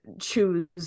choose